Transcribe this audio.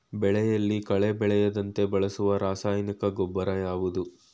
ಬೆಳೆಯಲ್ಲಿ ಕಳೆ ಬೆಳೆಯದಂತೆ ಬಳಸುವ ರಾಸಾಯನಿಕ ಗೊಬ್ಬರ ಯಾವುದು?